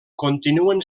continuen